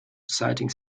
citing